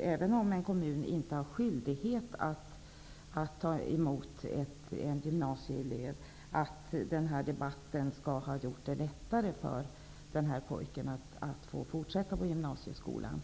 Även om en kommun inte har skyldighet att ta emot en gymnasieelev hoppas jag att den här debatten har gjort det lättare för den här pojken att få fortsätta i gymnasieskolan.